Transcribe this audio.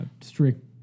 strict